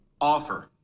offer